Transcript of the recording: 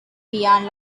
beyond